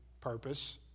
purpose